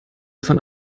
von